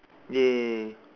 !yay!